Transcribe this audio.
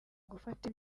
gufata